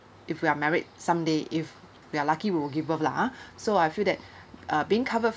if we are married someday if we are lucky we will give birth lah so I feel that uh being covered